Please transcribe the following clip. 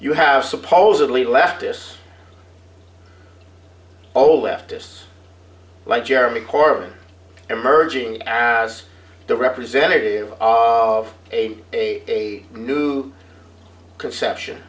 you have supposedly leftists old leftists like jeremy coren emerging as the representative of a a new conception